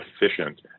efficient